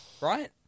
Right